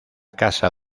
casa